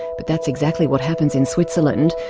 but that's exactly what happens in switzerland.